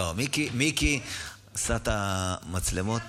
לא, מיקי עשה את המצלמות